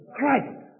Christ